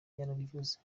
yarabivuze